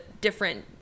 different